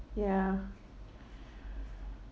ya